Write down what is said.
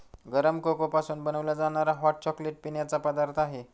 गरम कोको पासून बनवला जाणारा हॉट चॉकलेट पिण्याचा पदार्थ आहे